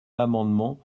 l’amendement